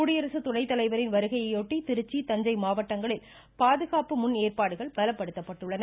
குடியரசு துணை தலைவரின் வருகையையொட்டி திருச்சி தஞ்சை மாவட்டங்களில் பாதுகாப்பு முன் ஏற்பாடுகள் பலப்படுத்தப்பட்டுள்ளன